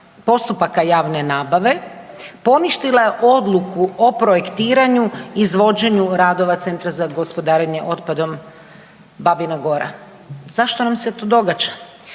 postupaka javne nabave poništila odluku o projektiraju, izvođenju radova Centra za gospodarenje otpadom Babina Gora. Zašto nam se to događa?